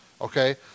Okay